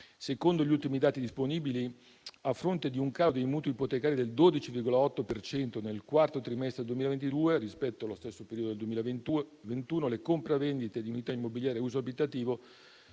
Secondo gli ultimi dati disponibili, a fronte di un calo dei mutui ipotecari del 12,8 per cento nel quarto trimestre del 2022, rispetto allo stesso periodo del 2021, le compravendite di unità immobiliari a uso abitativo